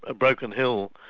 ah broken hill,